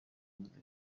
muzika